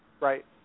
Right